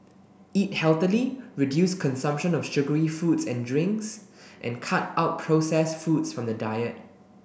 eat healthily reduce consumption of sugary foods and drinks and cut out processed foods from the diet